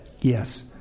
Yes